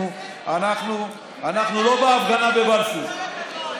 אנחנו לא בהפגנה בבלפור.